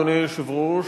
אדוני היושב-ראש,